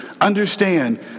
understand